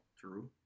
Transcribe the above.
True